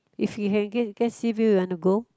if you can get get sea view you want to go